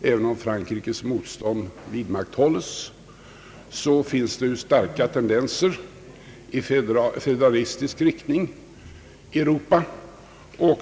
och även om Frankrikes motstånd vidmakthålles, finns det starka tendenser 1 federalistisk riktning i Europa.